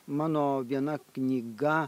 mano viena knyga